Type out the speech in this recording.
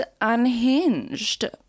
unhinged